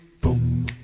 Boom